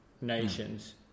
nations